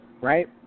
right